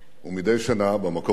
ומדי שנה במקום הזה